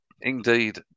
Indeed